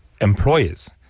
employers